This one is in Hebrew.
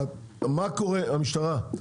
המשטרה,